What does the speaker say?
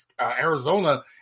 Arizona